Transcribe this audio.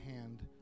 hand